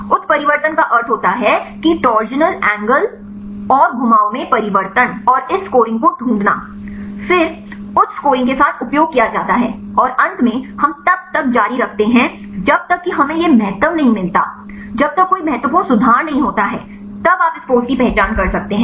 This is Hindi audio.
उत्परिवर्तन का अर्थ होता है कि टॉन्सिल कोण और घुमाव में परिवर्तन और इस स्कोरिंग को ढूंढना फिर उच्च स्कोरिंग के साथ उपयोग किया जाता है और अंत में हम तब तक जारी रखते हैं जब तक कि हमें यह महत्व नहीं मिलता जब तक कोई महत्वपूर्ण सुधार नहीं होता है तब आप इस पोज़ की पहचान कर सकते हैं